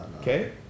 Okay